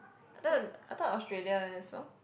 I thought Australia as well